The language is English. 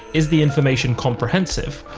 is the information comprehensive,